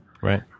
Right